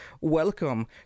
Welcome